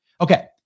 Okay